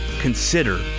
consider